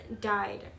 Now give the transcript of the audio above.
died